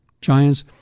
giants